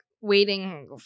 waiting